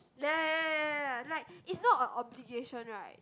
ya ya ya ya ya like is not a obligation right